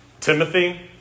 Timothy